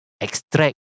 extract